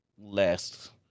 last